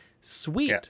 sweet